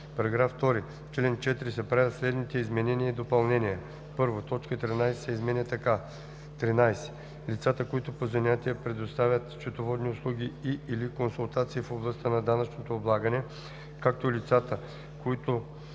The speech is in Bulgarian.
§ 2: „§ 2. В чл. 4 се правят следните изменения и допълнения: 1. Точка 13 се изменя така: „13. лицата, които по занятие предоставят счетоводни услуги и/или консултации в областта на данъчното облагане, както и лицата, които